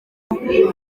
kurya